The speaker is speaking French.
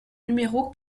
numéro